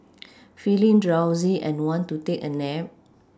feeling drowsy and want to take a nap